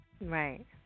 Right